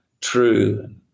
true